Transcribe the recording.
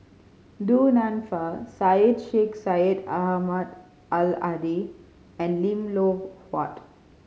Du Nanfa Syed Sheikh Syed Ahmad Al Hadi and Lim Loh Huat